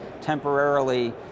temporarily